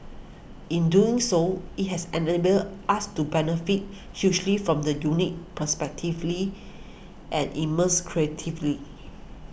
in doing so it has enabled us to benefit hugely from the unique perspectives and immense creativity